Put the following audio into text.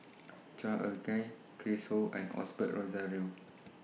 Chua Ek Kay Chris Ho and Osbert Rozario